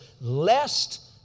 lest